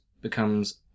becomes